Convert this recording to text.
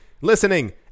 listening